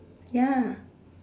ya